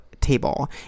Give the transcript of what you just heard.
table